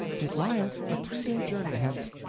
it lieth a two-day journey hence,